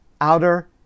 outer